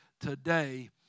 today